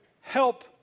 help